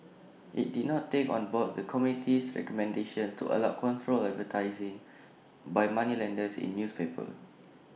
IT did not take on board the committee's recommendation to allow controlled advertising by moneylenders in newspapers